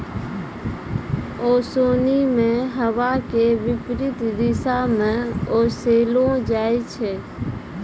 ओसोनि मे हवा के विपरीत दिशा म ओसैलो जाय छै